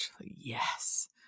yes